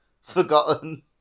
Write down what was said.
forgotten